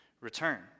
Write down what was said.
return